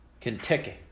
Kentucky